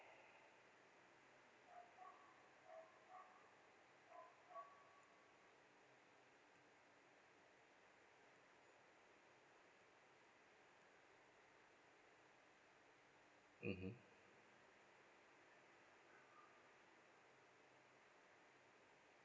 mmhmm